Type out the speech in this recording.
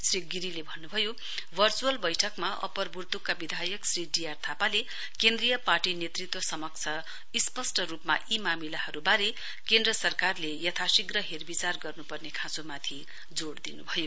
श्री गिरीले भन्नुभयो वर्चुअल वैठकमा अप्पर बुर्तुकका विधायक श्री डी आर थापाले केन्द्रीय पार्टी नेतृत्व समक्ष स्पष्ट रुपमा यी मामिलाहरुवारे केन्द्र सरकारले यथाशीघ्र हेरविचार गर्नुपर्ने खाँचोमाथि जोड़ दिनुभयो